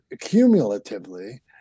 cumulatively